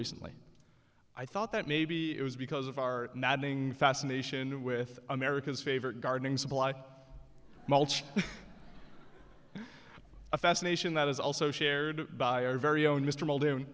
recently i thought that maybe it was because of our maddening fascination with america's favorite gardening supply mulch a fascination that is also shared by our very own mr muld